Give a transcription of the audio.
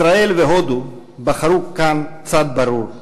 ישראל והודו בחרו כאן צד ברור: